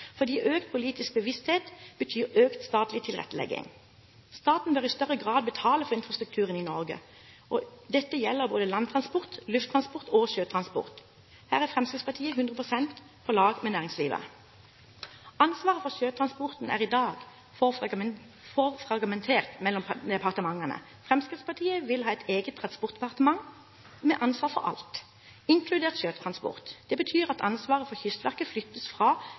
økt politisk bevissthet betyr økt statlig tilrettelegging. Staten bør i større grad betale for infrastrukturen i Norge. Dette gjelder både landtransport, lufttransport og sjøtransport. Her er Fremskrittspartiet 100 pst. på lag med næringslivet. Ansvaret for sjøtransporten er i dag for fragmentert mellom departementene. Fremskrittspartiet vil ha et eget transportdepartement med ansvar for alt, inkludert sjøtransport. Det betyr at ansvaret for Kystverket flyttes fra